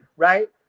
Right